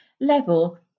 level